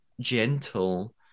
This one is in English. gentle